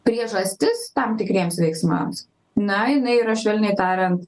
priežastis tam tikriems veiksmams na jinai yra švelniai tariant